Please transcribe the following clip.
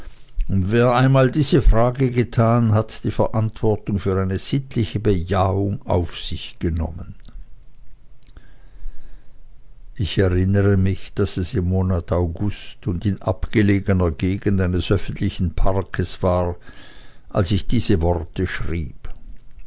und wer einmal diese frage getan hat die verantwortung für eine sittliche bejahung auf sich genommen ich erinnere mich daß es im monat august und in abgelegener gegend eines öffentlichen parkes war als ich diese worte schrieb